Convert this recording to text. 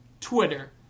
Twitter